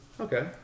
Okay